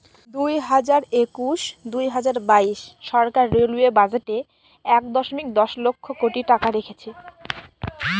দুই হাজার একুশ দুই হাজার বাইশ সরকার রেলওয়ে বাজেটে এক দশমিক দশ লক্ষ কোটি টাকা রেখেছে